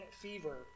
fever